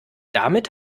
damit